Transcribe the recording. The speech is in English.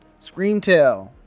Screamtail